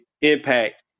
impact